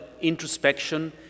introspection